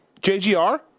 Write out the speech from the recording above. JGR